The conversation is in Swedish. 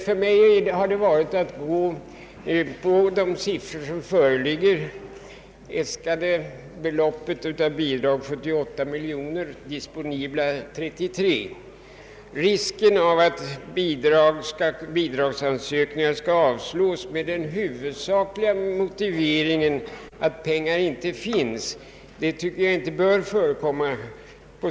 För mig har det enda möjliga varit att gå på de siffror som föreligger — äskade 78 miljoner och disponibla 33 miljoner. Jag tycker inte att risken att bidragsansökningar skall avslås med den huvudsakliga motiveringen att pengar inte finns bör få föreligga.